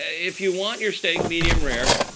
if you want your steak medium rare,